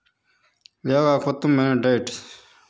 యోగాకు ఉత్తమమైన డైట్స్